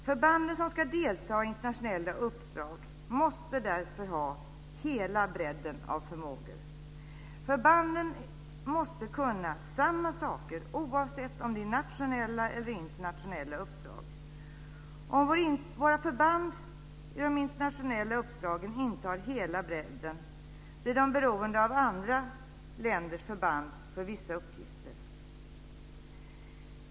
Förbanden som ska delta i internationella uppdrag måste därför ha hela bredden av förmågor. Förbanden måste kunna samma saker, oavsett om det är nationella eller internationella uppdrag. Om våra förband i de internationella uppdragen inte har hela bredden blir de beroende av andra länders förband för vissa uppgifter.